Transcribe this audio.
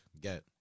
get